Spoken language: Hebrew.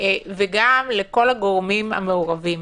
וגם לכל הגורמים המעורבים: